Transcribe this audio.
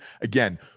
Again